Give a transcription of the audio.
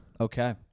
Okay